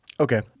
Okay